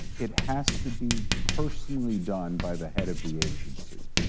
it has to be personally done by the head of the agency.